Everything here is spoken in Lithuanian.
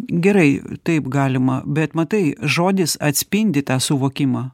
gerai taip galima bet matai žodis atspindi tą suvokimą